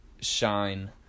shine